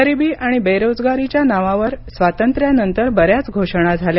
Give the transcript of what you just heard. गरिबी आणि बेरोजगारीच्या नावावर स्वातंत्र्यानंतर बऱ्याच घोषणा झाल्या